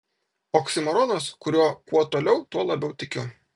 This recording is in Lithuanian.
oksimoronas kuriuo kuo toliau tuo labiau tikiu